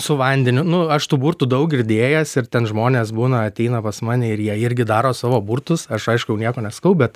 su vandeniu nu aš tų burtų daug girdėjęs ir ten žmonės būna ateina pas mane ir jie irgi daro savo burtus aš aišku nieko nesakau bet